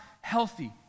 healthy